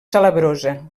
salabrosa